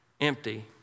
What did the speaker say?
empty